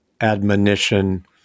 admonition